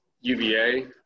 UVA